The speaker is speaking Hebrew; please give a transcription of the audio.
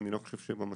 זה לא